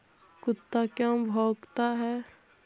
कुत्ता क्यों भौंकता है?